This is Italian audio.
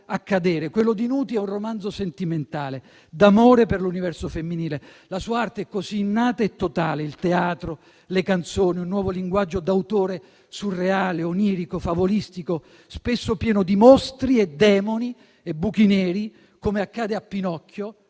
accadere. Quello di Nuti è un romanzo sentimentale, d'amore per l'universo femminile. La sua arte è così innata e totale: il teatro, le canzoni, un nuovo linguaggio d'autore surreale, onirico, favolistico, spesso pieno di mostri, demoni e buchi neri, come accade a Pinocchio,